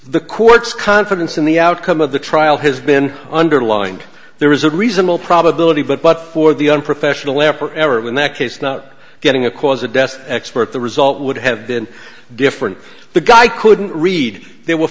the court's confidence in the outcome of the trial has been underlined there is a reasonable probability but but for the unprofessional lepper ever in that case not getting a cause of death expert the result would have been different the guy couldn't read there were